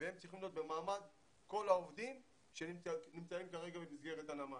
והם צריכים להיות במעמד כל העובדים שנמצאים כרגע במסגרת הנמל.